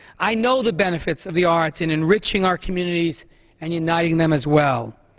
i know the benefits of the arts and enriching our communities and uniting them as well.